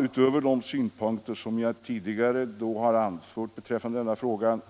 Utöver de synpunkter jag tidigare har anfört beträffande denna fråga